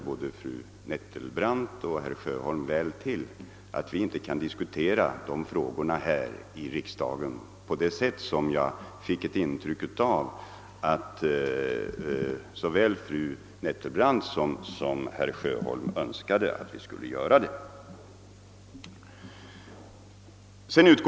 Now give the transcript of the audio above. Både fru Nettelbrandt och herr Sjöholm känner väl till att vi inte kan diskutera sådana frågor här i riksdagen på det sätt som jag fick ett intryck av att fru Nettelbrandt och herr Sjöholm önskade göra.